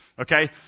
okay